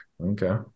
Okay